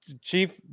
Chief